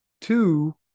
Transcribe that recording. two